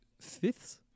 fifths